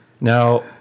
Now